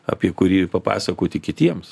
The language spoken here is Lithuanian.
apie kurį papasakoti kitiems